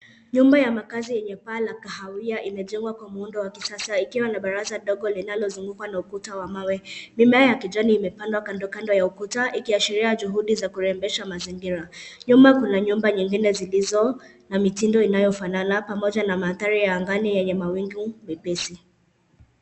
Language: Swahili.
Nyumba ya makazi yenye paa la kahawia imejengwa kwa muundo wa kisasa, ikiwa na baraza ndogo linalozungukwa na ukuta wa mawe. Mimea ya kijani imepandwa kandokando ya ukuta, ikiashiria juhudi za kurebesha mazingira. Nyuma kuna nyumba nyingine zilizo na mitindo inayofanana, pamoja na mandhari angani yenye mawingu mepesi.